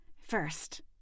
First